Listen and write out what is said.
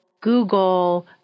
Google